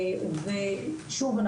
שוב,